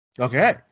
Okay